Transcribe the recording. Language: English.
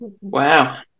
Wow